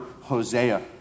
Hosea